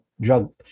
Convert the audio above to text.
drug